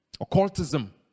Occultism